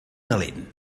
calent